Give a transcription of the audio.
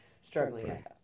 struggling